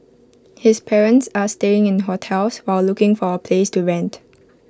his parents are staying in hotels while looking for A place to rent